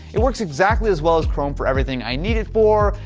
it works exactly as well as chrome for everything i need it for.